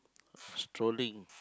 strolling